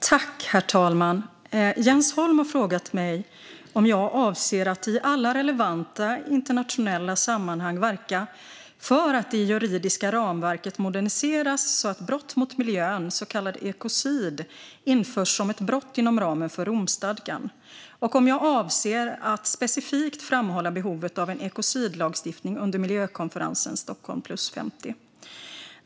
Herr talman! Jens Holm har frågat mig om jag avser att i alla relevanta internationella sammanhang verka för att det juridiska ramverket ska moderniseras så att brott mot miljön, så kallat ekocid, införs som ett brott inom ramen för Romstadgan, och om jag avser att specifikt framhålla behovet av en ekocidlagstiftning under miljökonferensen Stockholm + 50.